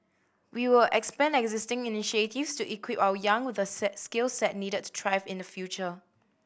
we will expand existing initiatives to equip our young with the skill set needed thrive in the future